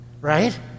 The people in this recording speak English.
right